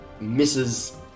misses